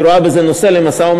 היא רואה בזה נושא למשא-ומתן,